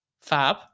Fab